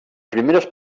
primeres